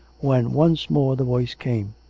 when once more the voice came.